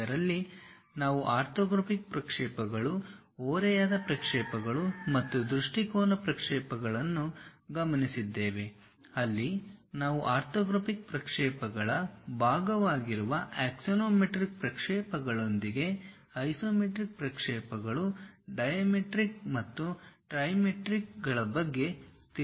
ಇದರಲ್ಲಿ ನಾವು ಆರ್ಥೋಗ್ರಾಫಿಕ್ ಪ್ರಕ್ಷೇಪಗಳು ಓರೆಯಾದ ಪ್ರಕ್ಷೇಪಗಳು ಮತ್ತು ದೃಷ್ಟಿಕೋನ ಪ್ರಕ್ಷೇಪಣಗಳನ್ನು ಗಮನಿಸಿದ್ದೇವೆ ಅಲ್ಲಿ ನಾವು ಆರ್ಥೋಗ್ರಾಫಿಕ್ ಪ್ರಕ್ಷೇಪಗಳ ಭಾಗವಾಗಿರುವ ಆಕ್ಸಾನೊಮೆಟ್ರಿಕ್ ಪ್ರಕ್ಷೇಪಗಳೊಂದಿಗೆ ಐಸೊಮೆಟ್ರಿಕ್ ಪ್ರಕ್ಷೇಪಗಳು ಡೈಮೆಟ್ರಿಕ್ ಮತ್ತು ಟ್ರಿಮೆಟ್ರಿಕ್ ಬಗ್ಗೆ ತಿಳಿಯಲು ಪ್ರಯತ್ನಿಸೋಣ